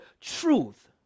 truth